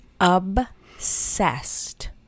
obsessed